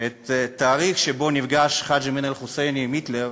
את התאריך שבו נפגש חאג' אמין אל-חוסייני עם היטלר,